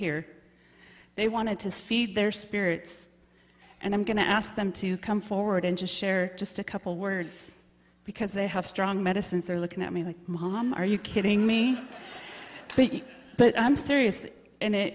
here they wanted to speed their spirits and i'm going to ask them to come forward and share just a couple words because they have strong medicines they're looking at me like mom are you kidding me but i'm serious and